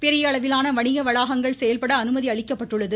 பெரிய வணிக வளாகங்கள் செயல்பட அனுமதி அளிக்கப்பட்டுள்ளது